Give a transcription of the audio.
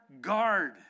guard